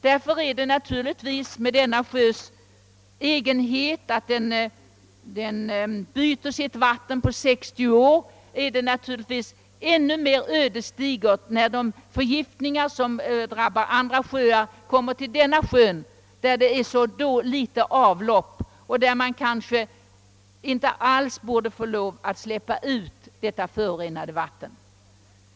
Vättern byter emellertid sitt vatten på 60 år, och det är därför ännu mer ödesdigert när förgiftningar drabbar Vättern liksom andra sjöar, den har så litet avlopp; där borde man kanske ha helt förbud mot utsläpp av förorenat vatten.